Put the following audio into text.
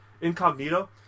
incognito